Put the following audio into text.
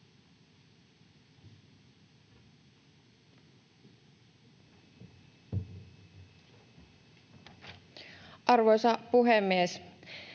Arvoisa puhemies!